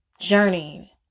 journey